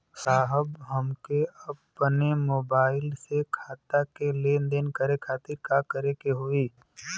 साहब हमके अपने मोबाइल से खाता के लेनदेन करे खातिर का करे के होई?